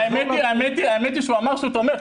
האמת היא שהוא אמר שהוא תומך.